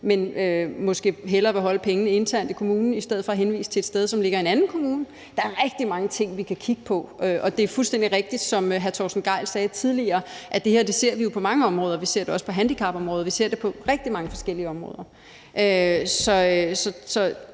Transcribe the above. men måske hellere vil holde pengene internt i kommunen i stedet for at henvise til et sted, som ligger i en anden kommune. Der er rigtig mange ting, vi kan kigge på. Og det er fuldstændig rigtigt, som hr. Torsten Gejl sagde tidligere, at vi jo ser det her på mange områder. Vi ser det også på handicapområdet; vi ser det på rigtig mange forskellige områder. Så